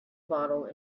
bottle